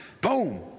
boom